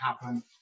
happen